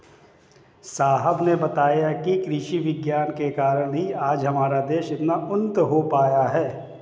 साहब ने बताया कि कृषि विज्ञान के कारण ही आज हमारा देश इतना उन्नत हो पाया है